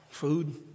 Food